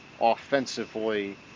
offensively